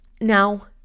Now